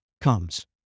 comes